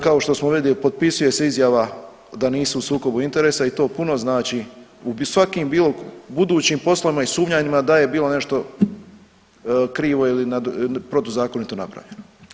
Kao što smo vidli potpisuje se izjava da nisu u sukobu interesa i to puno znači u svakim bilo budućim poslovima i sumnjanjima da je bilo nešto krivo ili protuzakonito napravljeno.